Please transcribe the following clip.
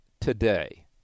today